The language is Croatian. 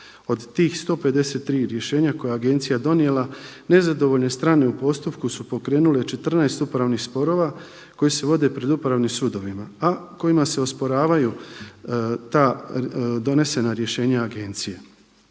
Od tih 153 rješenja koja je agencija donijela nezadovoljne strane u postupku su pokrenule 14 upravnih sporova koji se vode pred Upravnim sudovima, a kojima se osporavaju ta donesena rješenja agencije.